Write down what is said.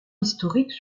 historiques